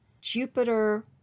Jupiter